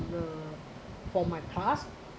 the my class